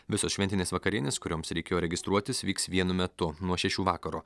visos šventinės vakarienės kurioms reikėjo registruotis vyks vienu metu nuo šešių vakaro